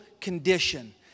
condition